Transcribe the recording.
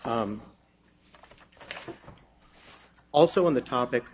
i'm also on the topic